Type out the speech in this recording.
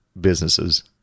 businesses